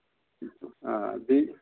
آ بیٚیہِ